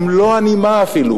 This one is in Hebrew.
כמלוא הנימה אפילו,